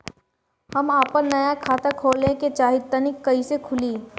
हम आपन नया खाता खोले के चाह तानि कइसे खुलि?